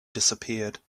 disappeared